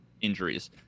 injuries